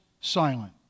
silent